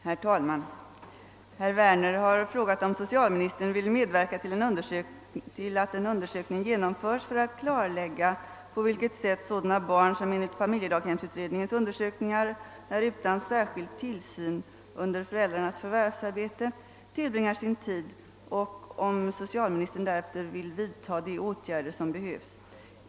Herr talman! Herr Werner har frågat om socialministern vill medverka till att en undersökning genomförs för att klarlägga på vilket sätt sådana barn, som enligt familjedaghemsutredningens undersökningar är utan särskild tillsyn under föräldrarnas förvärvsarbete, tillbringar sin tid och om socialministern därefter vill vidta de åtgärder som behövs.